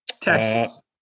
Texas